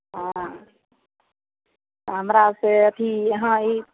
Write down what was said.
हँ हमरा से अथी यहाँ ई